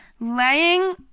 laying